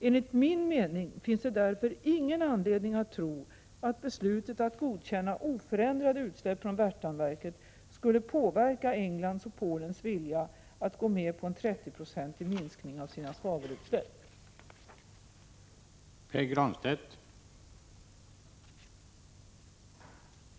Enligt min mening finns det därför ingen anledning att tro att beslutet att godkänna oförändrade utsläpp från Värtaverket skulle påverka Englands och Polens vilja att gå med på en 30-procentig minskning av sina svavelutsläpp.